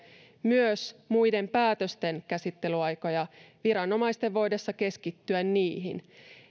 myös muiden päätösten käsittelyaikoja viranomaisten voidessa keskittyä niihin